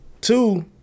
Two